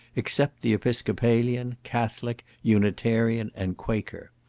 except the episcopalian, catholic, unitarian, and quaker.